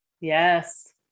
Yes